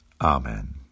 Amen